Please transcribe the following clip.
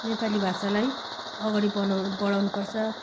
नेपाली भाषालाई अगाडि बनाउ बढाउनुपर्छ